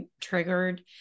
triggered